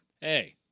Hey